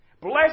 Bless